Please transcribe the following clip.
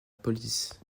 police